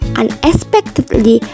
unexpectedly